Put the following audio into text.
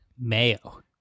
Mayo